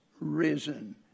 risen